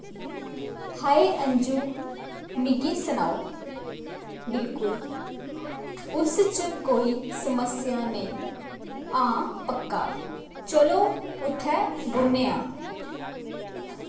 हाए अंजू मिगी सनाओ बिल्कुल उस च कोई समस्या नेईं हां पक्का चलो उत्थै बौह्न्ने आं